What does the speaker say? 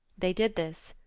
they did this.